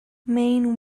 maine